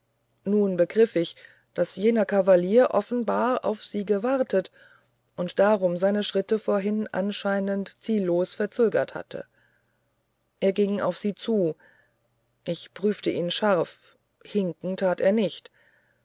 nun begriff ich daß jener kavalier offenbar auf sie gewartet und darum seine schritte vorhin anscheinend ziellos verzögert hatte er ging auf sie zu ich prüfte ihn scharf hinken tat er nicht